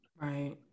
right